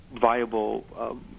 viable –